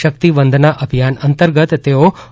શક્તિવંદના અભિયાન અંતર્ગત તેઓ તા